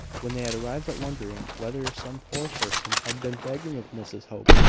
when they had arrived at wondering whether some poor person had been begging of mrs hope,